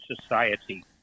society